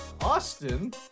Austin